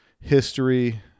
history